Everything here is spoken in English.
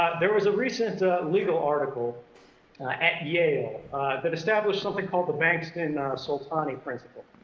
there was a recent legal article at yale that established something called the bankston-soltani principle,